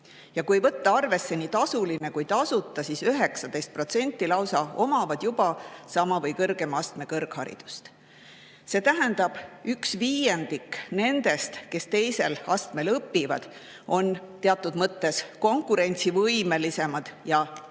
Kui võtta arvesse nii tasuline kui ka tasuta õpe, siis lausa 19% omavad juba sama või kõrgema astme kõrgharidust. See tähendab, üks viiendik nendest, kes teisel astmel õpivad, on teatud mõttes konkurentsivõimelisemad ja napsavad